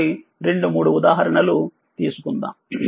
తదుపరిరెండు మూడు ఉదాహరణలు తీసుకుందాం